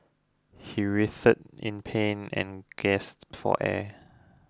he writhed in pain and gasped for air